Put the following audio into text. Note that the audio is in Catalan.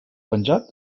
penjat